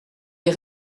les